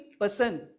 person